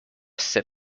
sit